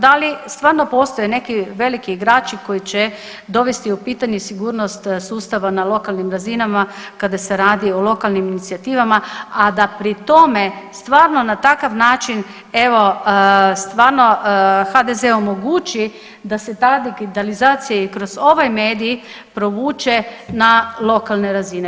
Da li stvarno postoje neki veliki igrači koji će dovesti u pitanje sigurnost sustava na lokalnim razinama kada se radi o lokalnim inicijativama, a da pri tome stvarno na takav način evo stvarno HDZ-e omogući da se ta digitalizacija i kroz ovaj medij provuče na lokalne razine.